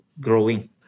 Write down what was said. growing